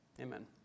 Amen